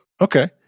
Okay